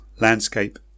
landscape